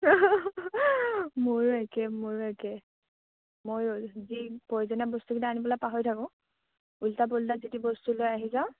মোৰো একে মোৰো একে যি প্ৰয়োজনীয় বস্তুকেইটা আনিবলৈ পাহৰি থাকোঁ ওলটা